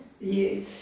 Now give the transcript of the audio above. Yes